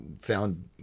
Found